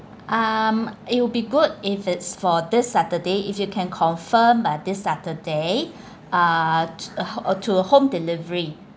um it will be good if it's for this saturday if you can confirm this saturday uh to home delivery